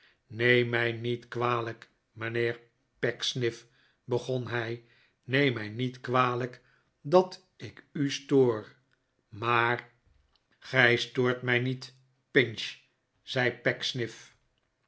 neem mij niet kwalijk mijnheer pecksniff begon hij neem mij niet kwalijk dat ik u stoqr maar gij stoort'mij niet pinch zei